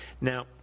Now